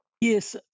Yes